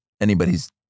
anybody's